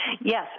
Yes